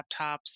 laptops